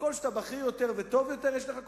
ככל שאתה בכיר יותר וטוב יותר, יש לך כוכבים.